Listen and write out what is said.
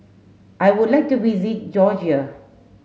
I would like to visit Georgia